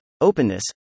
openness